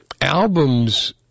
albums